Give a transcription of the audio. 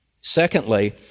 Secondly